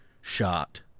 shot